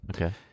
Okay